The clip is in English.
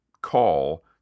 call